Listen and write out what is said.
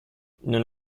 non